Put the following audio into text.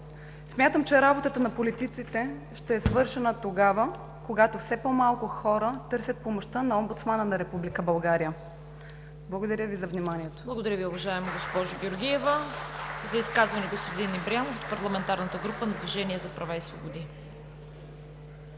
Смятам, че работата на политиците ще е свършена тогава, когато все по-малко хора търсят помощта на омбудсмана на Република България. Благодаря Ви за вниманието.